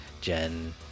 Jen